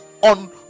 on